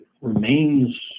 remains